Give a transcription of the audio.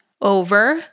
over